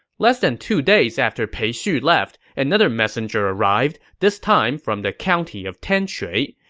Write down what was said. less than two days after pei xu left, another messenger arrived, this time from the county of tianshui,